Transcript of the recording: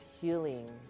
healing